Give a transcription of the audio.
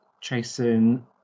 chasing